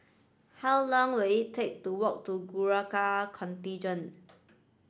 how long will it take to walk to Gurkha Contingent